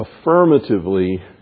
affirmatively